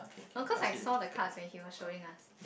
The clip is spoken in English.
of course I saw the cards when he was showing us